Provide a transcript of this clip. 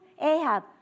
Ahab